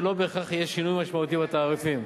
ולא בהכרח יהיה שינוי משמעותי בתעריפים.